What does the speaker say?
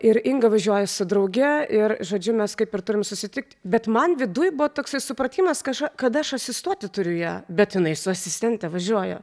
ir inga važiuoja su drauge ir žodžiu mes kaip ir turim susitikti bet man viduj buvo toksai supratimas kažką kad aš asistuoti turiu ją bet jinai su asistente važiuoja